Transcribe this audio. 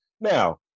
Now